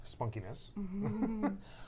spunkiness